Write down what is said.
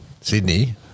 Sydney